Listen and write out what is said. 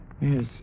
Yes